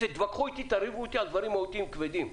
תתווכחו אתי, תריבו אתי על דברים מהותיים כבדים.